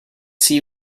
see